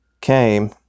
came